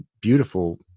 beautiful